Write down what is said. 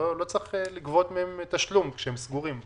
לא צריך לגבות מהם תשלום כשהם סגורים,